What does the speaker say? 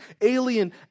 alien